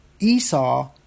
Esau